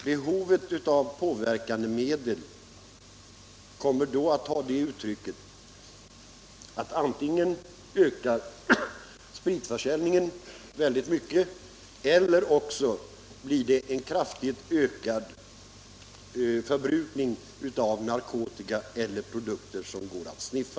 Behovet av påverkandemedel kommer då att ta sig det uttrycket att antingen ökar spritförsäljningen mycket eller också blir det en kraftigt ökad förbrukning av narkotika eller produkter som går att sniffa.